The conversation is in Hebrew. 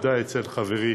בוודאי אצל חברי